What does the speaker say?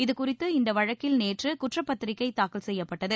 இது குறித்து இந்த வழக்கில் நேற்று குற்றப்பத்திரிக்கை தாக்கல் செய்யப்பட்டது